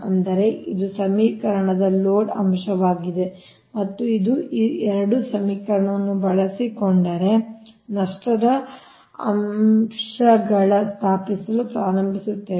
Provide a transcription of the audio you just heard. ಅಂದರೆ ಇದು ಸಮೀಕರಣದ ಲೋಡ್ ಅಂಶವಾಗಿದೆ ಮತ್ತು ಇದು ಈ 2 ಸಮೀಕರಣವನ್ನು ಬಳಸಿಕೊಂಡರೇ ನಷ್ಟದ ಅಂಶಗಳ ಸಮೀಕರಣವಾಗಿದೆ ನಾವು ಲೋಡ್ ಅಂಶ ಮತ್ತು ನಿಮ್ಮ ನಷ್ಟದ ಅಂಶದ ನಡುವಿನ ಸಂಬಂಧವನ್ನು ಸ್ಥಾಪಿಸಲು ಪ್ರಯತ್ನಿಸುತ್ತೇವೆ